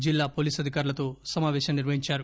జిల్లా పోలీస్ అధికారులతో సమావేశం నిర్వహించారు